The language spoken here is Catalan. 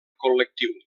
col·lectiu